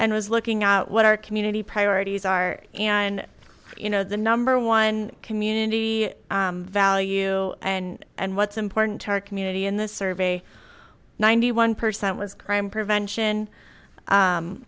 and was looking at what our community priorities are and you know the number one community value and and what's important to our community in this survey ninety one percent was crime prevention